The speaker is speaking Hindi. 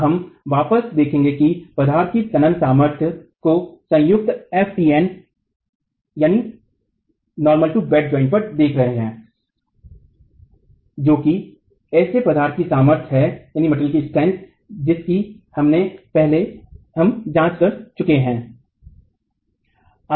और हम वापस देखेंगे कि पदार्थ की तनन सामर्थ्य को संयुक्त ftn लम्ब पर देख रहे हैं जो कि ऐसे प्रदार्थ की सामर्थ्य है जिसकी हमने पहले जांच कर चुके है